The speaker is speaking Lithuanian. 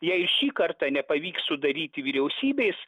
jei šį kartą nepavyks sudaryti vyriausybės